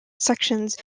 sections